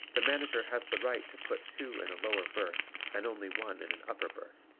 the manager has the right to put two in a lower berth and only one in an upper berth.